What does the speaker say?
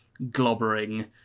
globbering